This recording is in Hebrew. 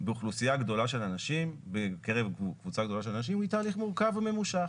באוכלוסייה גדולה של אנשים היא תהליך מורכב וממושך.